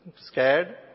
scared